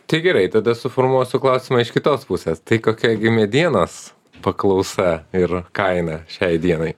tai gerai tada suformuosiu klausimą iš kitos pusės tai kokia gi medienos paklausa ir kaina šiai dienai